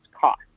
cost